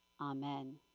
Amen